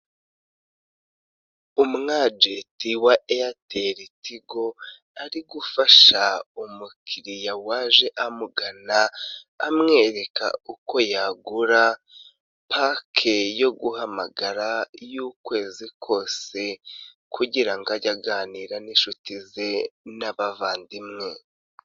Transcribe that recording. Umwagenti wa eyateri tigo ari gufasha umukiriya waje amugana amwereka uko yagura pake yo guhamagara y'ukwezi kose kugira ngo age aganira n'inshuti ze n'abavandimwe.